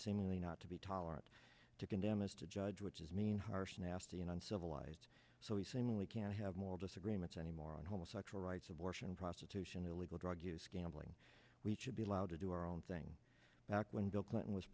seemingly not to be tolerant to condemn is to judge which is mean harsh nasty and uncivilized so he's saying we can't have more disagreements anymore on homosexual rights abortion prostitution illegal drug use gambling we should be allowed to do our own thing back when bill clinton was